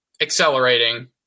accelerating